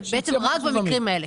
שבעצם רק במקרים האלה.